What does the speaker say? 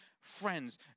friends